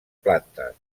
plantes